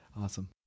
Awesome